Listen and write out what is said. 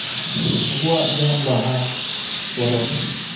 ᱟᱵᱩᱣᱟᱜ ᱡᱮᱢᱚᱱ ᱵᱟᱦᱟ ᱯᱚᱨᱚᱵ